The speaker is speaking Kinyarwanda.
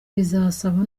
bizasaba